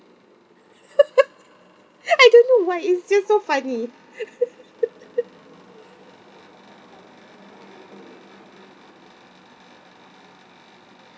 I don't know why it's just so funny